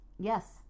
Yes